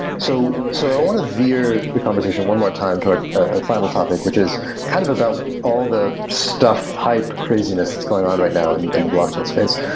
so so want to veer the conversation one more time to a final topic, which is kind of about all the stuff hype craziness that's going on right now and in the blockchain space.